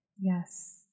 Yes